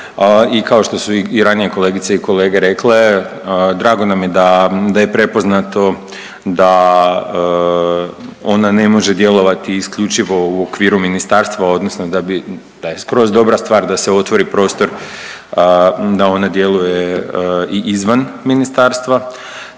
i kao što su i ranije kolegice i kolege rekle drago nam je da je prepoznato da ona ne može djelovati isključivo u ministarstva, odnosno da bi, da je skroz dobra stvar da se otvori prostor da ona djeluje i izvan ministarstva.